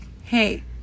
hey